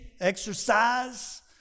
exercise